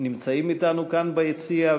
נמצאים אתנו כאן ביציע.